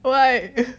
why